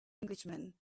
englishman